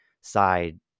side